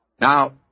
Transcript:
Now